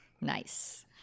Nice